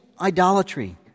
idolatry